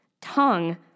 tongue